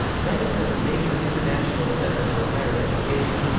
venice is a major international centre for higher education.